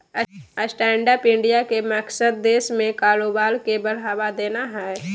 stand up India के मकसद देश में कारोबार के बढ़ावा देना हइ